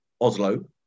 Oslo